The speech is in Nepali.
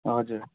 हजुर